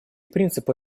принципы